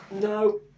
No